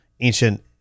ancient